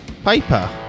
Paper